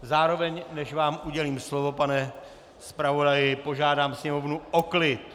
Zároveň, než vám udělím slovo, pane zpravodaji, požádám sněmovnu o klid.